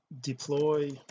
deploy